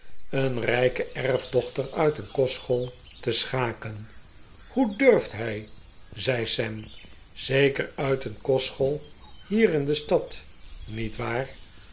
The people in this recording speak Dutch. een rijke erfdochter uit een kostschool te schaken hoe durft hij zei sam zeker uit een kostschool hier in de stad niet waar